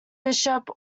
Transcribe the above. bishop